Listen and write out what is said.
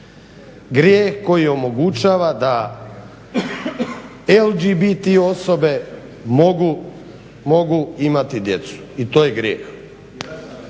grijeh koji omogućava da LGBT osobe mogu imati djecu i to je grijeh.